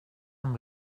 amb